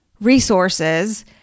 resources